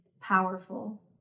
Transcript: powerful